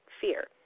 fear